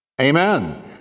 Amen